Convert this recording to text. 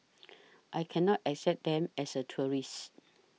I can not accept them as a tourist